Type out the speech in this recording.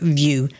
view